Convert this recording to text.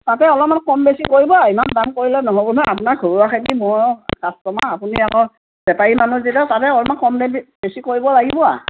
তাতে অলপমান কম বেছি কৰিব আৰু ইমান দাম কৰিলে নহ'ব নহয় আপোনাৰ ঘৰুৱা খেতিৰ কাষ্টমাৰ আপুনি আকৌ বেপাৰী মানুহ যেতিয়া তাতে অলপমান কম বেছি কৰিব লাগিব আৰু